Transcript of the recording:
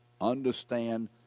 understand